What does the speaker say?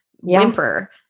whimper